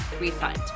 refund